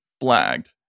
flagged